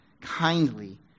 kindly